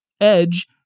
Edge